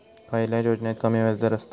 खयल्या योजनेत कमी व्याजदर असता?